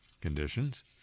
conditions